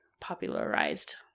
popularized